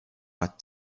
what